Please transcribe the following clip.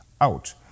out